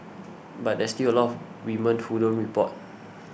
but there's still a lot of women who don't report